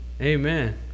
Amen